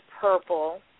purple